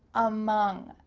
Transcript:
among.